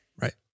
Right